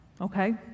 okay